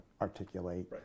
articulate